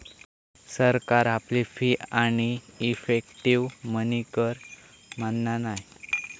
सरकार आपली फी आणि इफेक्टीव मनी कर मानना नाय